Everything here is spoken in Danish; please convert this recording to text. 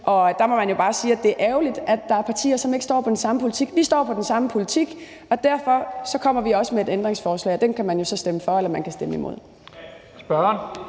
Og der må man bare sige, at det er ærgerligt, at der er partier, som ikke står for den samme politik før valget og efter valget. Vi står på den samme politik, og derfor kommer vi også med et ændringsforslag, og det kan man så stemme for eller stemme imod. Kl.